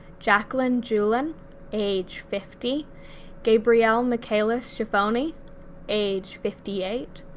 jacqueline juhlin age fifty gabrielle michaeliscifoni age fifty eight,